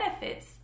benefits